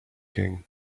king